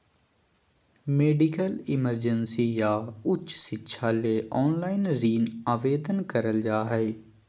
medical emergency या उच्च शिक्षा ले ऑनलाइन ऋण आवेदन करल जा हय